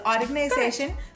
organization